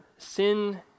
sin